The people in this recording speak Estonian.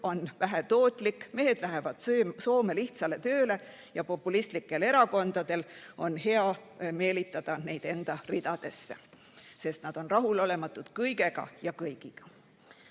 on vähetootlik, mehed lähevad Soome lihtsale tööle ja populistlikel erakondadel on hea meelitada neid enda ridadesse, sest nad on rahulolematud kõige ja kõigiga.